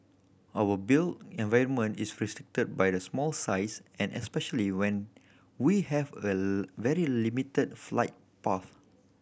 our built environment is restricted by our small size and especially when we have a very limited flight path